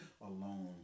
alone